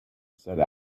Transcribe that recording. said